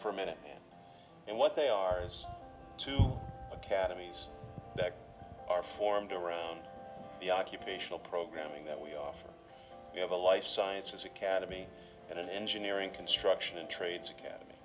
for a minute and what they are us to academies that are formed around the occupational programming that we offer we have a life sciences academy and an engineering construction trades academy